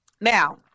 Now